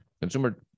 consumer